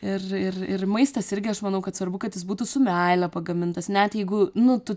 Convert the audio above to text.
ir ir ir maistas irgi aš manau kad svarbu kad jis būtų su meile pagamintas net jeigu nu tu